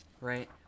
right